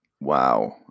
Wow